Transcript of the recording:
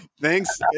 Thanks